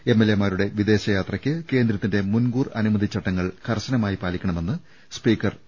എംഎൽഎമാരുടെ വിദേശയാത്രക്ക് കേന്ദ്രത്തിന്റെ മുൻകൂർ അനുമതി ചട്ടങ്ങൾ കർശനമായി പാലിക്കണമെന്ന് സ്പീക്കർ പി